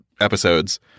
episodes